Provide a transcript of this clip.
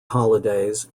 holidays